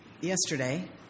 yesterday